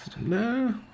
No